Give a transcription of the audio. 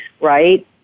right